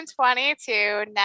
2022